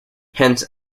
hence